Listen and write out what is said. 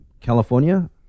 California